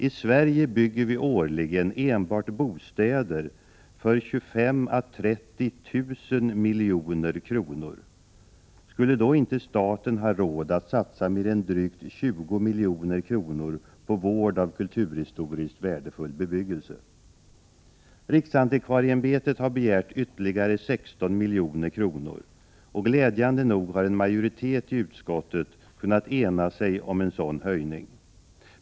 I Sverige bygger vi årligen enbart bostäder för 25 000 å 30 000 milj.kr. Skulle då inte staten ha råd att satsa mer än drygt 20 milj.kr. på vård av kulturhistoriskt värdefull bebyggelse? Riksantikvarieämbetet har begärt ytterligare 16 milj.kr. Glädjande nog har en majoritet i utskottet kunnat ena sig om en sådan höjning.